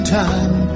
time